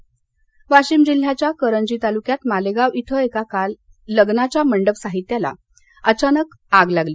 वाशीम वाशिम जिल्ह्याच्या करंजी तालुक्यात मालेगाव इथं काल एका लग्नाच्या मंडप साहित्याला अचानक आग लागली